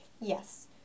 Yes